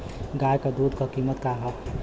गाय क दूध क कीमत का हैं?